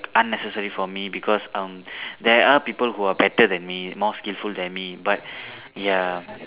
unnecessary for me because um there are people who are better than me more skillful than me but ya